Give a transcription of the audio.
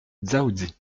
dzaoudzi